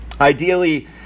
Ideally